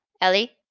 Ellie